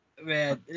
Man